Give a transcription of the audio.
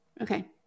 Okay